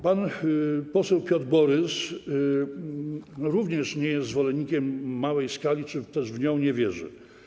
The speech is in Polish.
Pan poseł Piotr Borys również nie jest zwolennikiem małej skali czy też w nią nie wierzy.